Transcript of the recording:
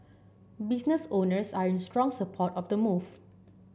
business owners are in strong support of the move